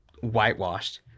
whitewashed